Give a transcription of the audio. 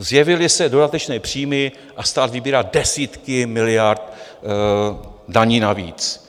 Zjevily se dodatečné příjmy a stát vybírá desítky miliard daní navíc.